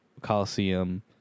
Coliseum